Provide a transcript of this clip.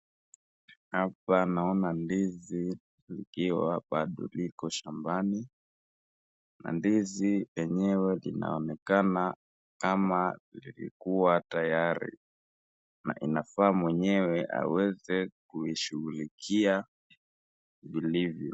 Hapa naona ndizi ikiwa bado iko shambani, na ndizi yenyewe inaonekana kama imekuwa tayari, na inafaa mwenyewe aweze kuishughulikia vilivyo.